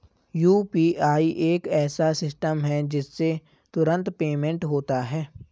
UPI एक ऐसा system है जिससे तुरंत पेमेंट होता है